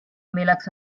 milleks